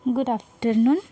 good afternoon